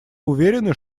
уверены